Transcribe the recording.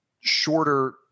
shorter –